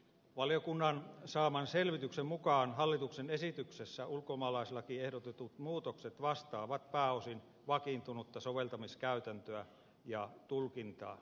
valiokunnan saaman selvityksen mukaan hallituksen esityksessä ulkomaalaislakiin ehdotetut muutokset vastaavat pääosin vakiintunutta soveltamiskäytäntöä ja tulkintaa